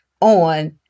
on